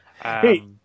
Hey